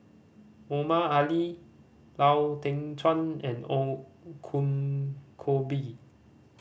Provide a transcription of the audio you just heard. Omar Ali Lau Teng Chuan and Ong Kong Koh Bee